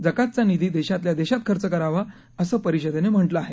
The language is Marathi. जकातचा निधी देशातल्या देशात खर्च करावा असं परिषदेनं म्हटलं आहे